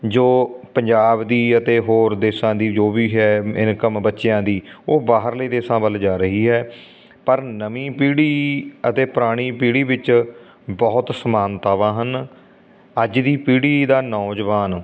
ਜੋ ਪੰਜਾਬ ਦੀ ਅਤੇ ਹੋਰ ਦੇਸ਼ਾਂ ਦੀ ਜੋ ਵੀ ਹੈ ਇਨਕਮ ਬੱਚਿਆਂ ਦੀ ਉਹ ਬਾਹਰਲੇ ਦੇਸ਼ਾਂ ਵੱਲ ਜਾ ਰਹੀ ਹੈ ਪਰ ਨਵੀਂ ਪੀੜ੍ਹੀ ਅਤੇ ਪੁਰਾਣੀ ਪੀੜ੍ਹੀ ਵਿੱਚ ਬਹੁਤ ਸਮਾਨਤਾਵਾਂ ਹਨ ਅੱਜ ਦੀ ਪੀੜ੍ਹੀ ਦਾ ਨੌਜਵਾਨ